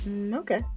Okay